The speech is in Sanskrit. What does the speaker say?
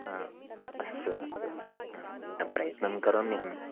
हा अस्तु अस्तु हा प्रयत्नं करोम्यहम्